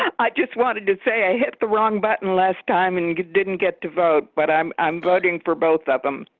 i just wanted to say i hit the wrong button last time and you didn't get to vote, but i'm i'm voting for both of them.